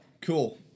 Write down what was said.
cool